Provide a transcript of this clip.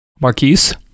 Marquise